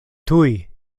tuj